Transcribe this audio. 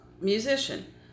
musician